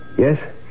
Yes